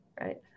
right